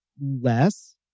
less